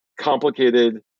complicated